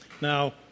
Now